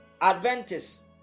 Adventist